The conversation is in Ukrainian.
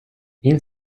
він